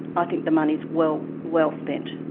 i think the money is well well spent.